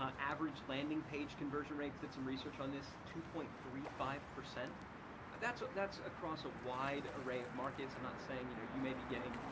average landing page conversion rates, did some research on this, two point three five. that's that's across a wide array of markets. i'm not saying, you know you may be getting,